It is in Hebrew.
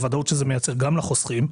הוודאות שזה מייצר גם לחוסכים,